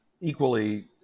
equally